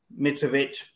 Mitrovic